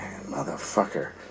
Motherfucker